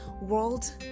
world